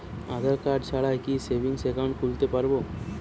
আধারকার্ড ছাড়া কি savings account খুলতে পারব?